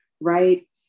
Right